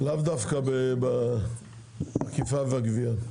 לאו דווקא באכיפה והגבייה.